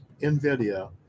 NVIDIA